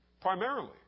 primarily